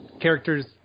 characters